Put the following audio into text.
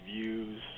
views